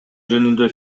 жөнүндө